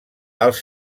els